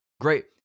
great